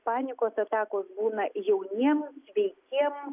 panikos atakos būna jauniem sveikiem